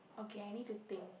okay I need to think